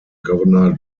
governor